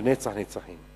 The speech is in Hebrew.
לנצח נצחים.